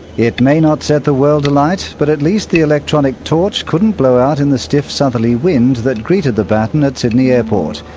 it may not set the world alight, but at least the electronic torch couldn't blow out in the stiff southerly wind that greeted the baton at sydney airport.